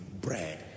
bread